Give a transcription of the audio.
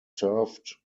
served